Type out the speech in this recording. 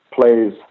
plays